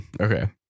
okay